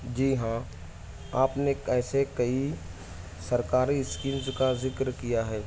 جی ہاں آپ نے ایسے کئی سرکاری اسکیمز کا ذکر کیا ہے